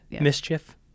Mischief